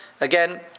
again